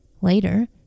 Later